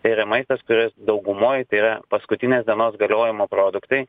tai yra maistas kuris daugumoj tai yra paskutinės dienos galiojimo produktai